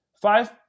five